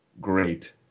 great